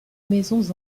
maisons